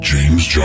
James